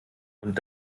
und